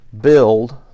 build